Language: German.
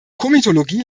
komitologie